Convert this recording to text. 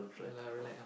ya lah relax ah